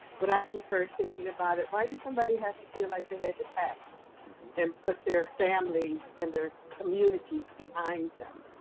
but i prefer thinking about it, why does somebody have to feel like they had to pass and put their families and their communities behind them.